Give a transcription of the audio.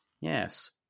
yes